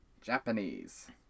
Japanese